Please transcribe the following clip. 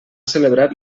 celebrat